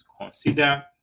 consider